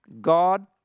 God